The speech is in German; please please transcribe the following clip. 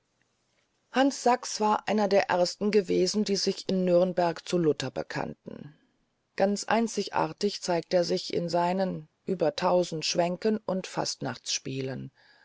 hans sachs war einer der ersten die sich in nürnberg zu luther bekannten einzigartig zeigt er sich in seinen über tausend schwenken und fastnachtsspielen